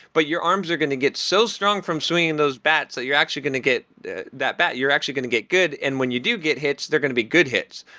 but your arms are going to get so strong from swinging those bats that you're actually going to get that bat. you're actually going to get good, and when you do get hits, they're going to be good hits.